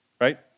right